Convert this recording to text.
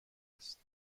است